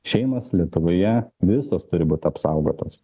šeimos lietuvoje visos turi būt apsaugotos